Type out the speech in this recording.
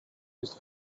used